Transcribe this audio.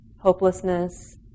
hopelessness